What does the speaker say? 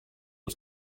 was